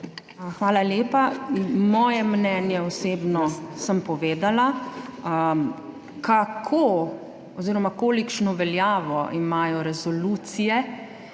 Hvala lepa. Moje mnenje osebno, sem povedala. Kolikšno veljavo imajo resolucije,